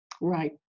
Right